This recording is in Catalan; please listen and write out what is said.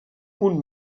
punt